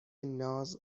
ناز